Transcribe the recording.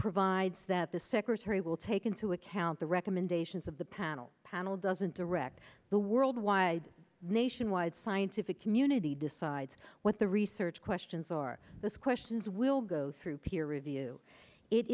provides that the secretary will take into account the recommendations of the panel panel doesn't direct the world wide nationwide scientific community decides what the research questions are those questions will go through peer review it